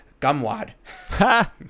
Gumwad